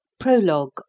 Prologue